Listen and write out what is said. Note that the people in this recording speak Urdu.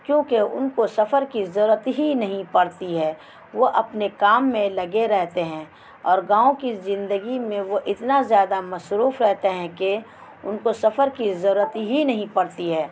کیونکہ ان کو سفر کی ضرورت ہی نہیں پڑتی ہے وہ اپنے کام میں لگے رہتے ہیں اور گاؤں کی زندگی میں وہ اتنا زیادہ مصروف رہتے ہیں کہ ان کو سفر کی ضرورت ہی نہیں پڑتی ہے